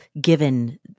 given